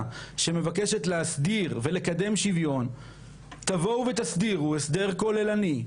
שמבקשת להסדיר ולקדם שוויון תבואו ותסדירו הסדר כוללני,